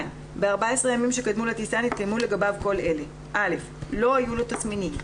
ב-14 ימים שקדמו לטיסה נתקיימו לגביו כל אלה לא היו לו תסמינים.